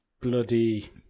bloody